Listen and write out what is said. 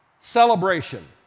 celebration